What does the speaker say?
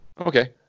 Okay